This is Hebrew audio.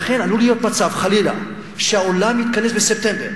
לכן, עלול להיות מצב, חלילה, שהעולם יתכנס בספטמבר